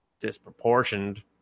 Disproportioned